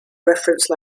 reference